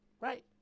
Right